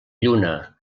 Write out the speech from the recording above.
lluna